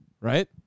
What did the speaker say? Right